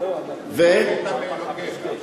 ו ויראת מאלוקיך.